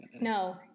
No